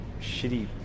shitty